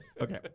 okay